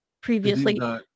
previously